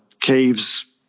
caves